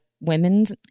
women's